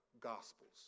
Gospels